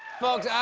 folks,